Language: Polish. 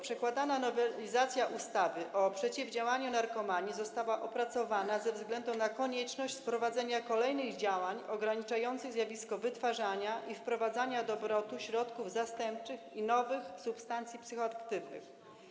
Przedkładana nowelizacja ustawy o przeciwdziałaniu narkomanii została opracowana ze względu na konieczność wprowadzenia kolejnych działań ograniczających zjawisko wytwarzania i wprowadzania do obrotu środków zastępczych i nowych substancji psychoaktywnych.